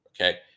Okay